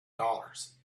dollars